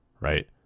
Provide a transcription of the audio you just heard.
right